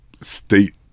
state